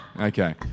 Okay